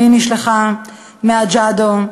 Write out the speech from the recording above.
גם היא נשלחה מג'אדו,